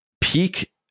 peak